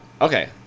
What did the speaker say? Okay